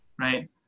right